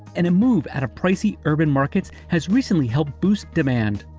and a move out of pricey urban markets has recently helped boost demand.